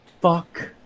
Fuck